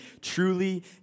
Truly